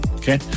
Okay